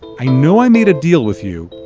i know i made a deal with you.